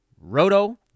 Roto